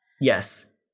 Yes